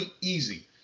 easy